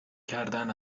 کردن